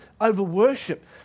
over-worship